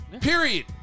Period